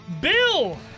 Bill